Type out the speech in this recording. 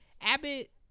Abbott